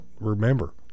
remember